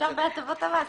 אפשר להצביע.